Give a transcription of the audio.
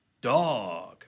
dog